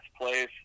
place